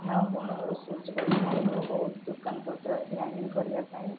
ଝାଉଁବଣ ରୋଷେଇବାସ କରି ଖାଇବ ବହୁତ ଦୋକାନପତ୍ର କିଣାକିଣି କରିବାପାଇଁ